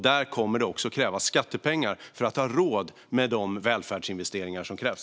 Det kommer att krävas skattepengar för att ha råd med de välfärdsinvesteringar som krävs.